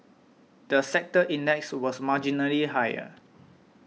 the sector index was marginally higher